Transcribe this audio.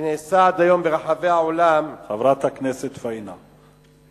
חברת הכנסת פאינה.